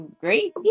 Great